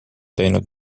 teinud